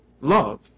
love